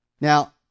Now